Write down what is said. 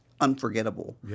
unforgettable